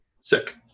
Sick